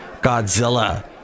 godzilla